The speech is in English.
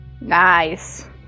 nice